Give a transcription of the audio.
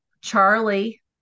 Charlie